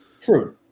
True